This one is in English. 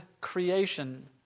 creation